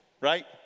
right